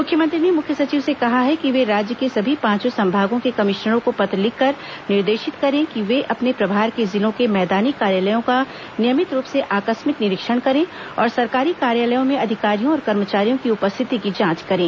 मुख्यमंत्री ने मुख्य सचिव से कहा है कि वे राज्य के सभी पांचों संभागों के कमिश्नरों को पत्र लिखकर निर्देशित करें कि वे अपने प्रभार के जिलों के मैदानी कार्यालयों का नियमित रूप से आकस्मिक निरीक्षण करें और सरकारी कार्यालयों में अधिकारियों और कर्मचारियों की उपस्थिति की जांच करें